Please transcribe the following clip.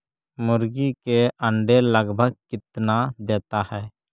मुर्गी के अंडे लगभग कितना देता है?